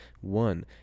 One